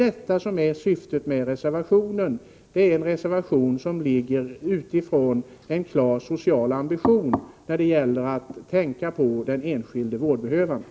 Detta är syftet med reservationen — det är en reservation som innebär en klar social ambition när det gäller att tänka på den enskilde vårdbehövande.